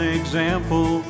example